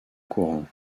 courant